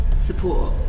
Support